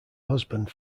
husband